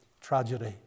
tragedy